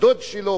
בת-דוד שלו,